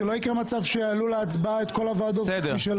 פשוט שלא יקרה מצב שיעלו להצבעה את כל הוועדות חוץ משלנו.